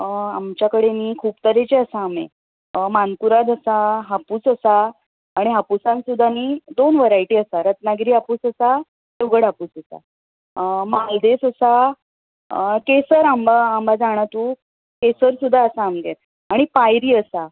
आमच्या कडेन न्ही खूब तरेचे आसा आमे मानकुराद आसा हापूस आसा आणी हापुसांक सुद्दा न्ही दोन वरायटी आसा रत्नागिरी हापूस आसा गोड हापूस आसा मालदेस आसा केसर आंबा आंबा जाणा तूं केसर सुद्दा आसा आमगेर आनी पायरी आसा